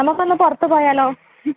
നമുക്കൊന്ന് പുറത്ത് പോയാലോ